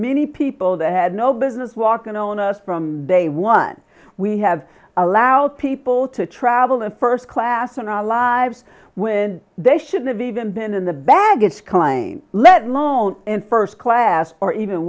many people that had no business walking on us from day one we have allowed people to travel in first class in our lives when they should have even been in the baggage claim let lone in first class or even